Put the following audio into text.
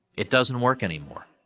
it doesn't work anymore.